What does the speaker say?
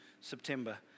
September